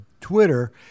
Twitter